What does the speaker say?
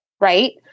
Right